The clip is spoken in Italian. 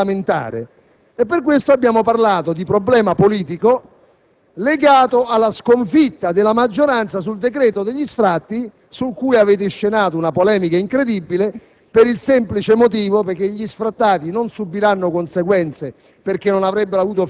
numero di 13 senatori è l'equivalente (e più) di un Gruppo parlamentare, per questo abbiamo parlato di problema politico legato alla sconfitta della maggioranza sul decreto in materia di sfratti, su cui avete inscenato una polemica incredibile,